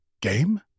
game